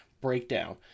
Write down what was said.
Breakdown